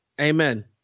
Amen